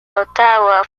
ottawa